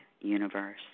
Universe